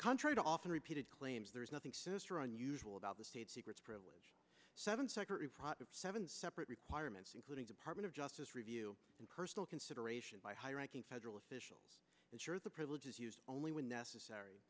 contrary to often repeated claims there is nothing sinister or unusual about the state secrets privilege seven second seven separate requirements including department of justice review and personal consideration by high ranking federal officials ensure the privilege is used only when necessary